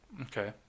Okay